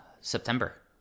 September